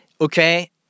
Okay